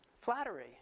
Flattery